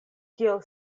kiel